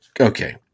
Okay